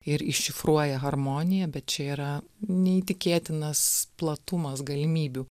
ir iššifruoja harmoniją bet čia yra neįtikėtinas platumas galimybių